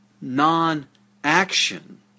non-action